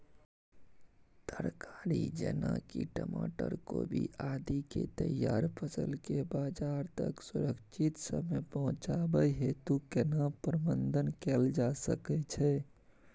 तरकारी जेना की टमाटर, कोबी आदि के तैयार फसल के बाजार तक सुरक्षित समय पहुँचाबै हेतु केना प्रबंधन कैल जा सकै छै?